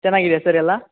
ಚೆನ್ನಾಗಿದ್ಯಾ ಸರ್ ಎಲ್ಲ